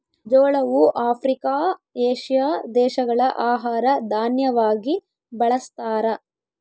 ಜೋಳವು Africa, Asia ದೇಶಗಳ ಆಹಾರ ದಾನ್ಯವಾಗಿ ಬಳಸ್ತಾರ